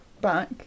back